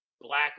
black